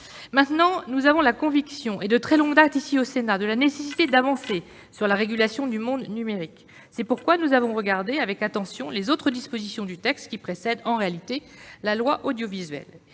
étant, nous avons la conviction, et de très longue date, au Sénat, qu'il est nécessaire d'avancer sur la régulation du monde numérique. C'est pourquoi nous avons regardé avec attention les autres dispositions du texte, qui précèdent la future loi audiovisuelle.